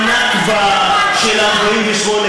בנכבה של 48'. היא לא שם, ואתה משקר פעם שנייה.